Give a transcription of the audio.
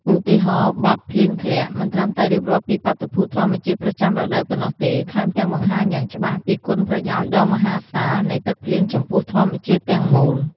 ឧទាហរណ៍បទ "ភ្លៀងធ្លាក់" មិនត្រឹមតែរៀបរាប់ពីបាតុភូតធម្មជាតិប្រចាំរដូវប៉ុណ្ណោះទេ ថែមទាំងបង្ហាញយ៉ាងច្បាស់ពីគុណប្រយោជន៍ដ៏មហាសាល នៃទឹកភ្លៀងចំពោះធម្មជាតិទាំងមូល។